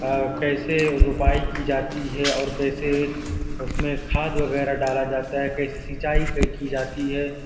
اور کیسے روپائی کی جاتی ہے اور کیسے اس میں کھاد وغیرہ ڈالا جاتا ہے کیسے سینچائی کی جاتی ہے